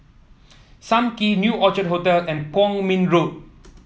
Sam Kee New Orchid Hotel and Kwong Min Road